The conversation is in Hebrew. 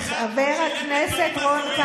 ואחרי שאני אגיד, אורית,